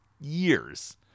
years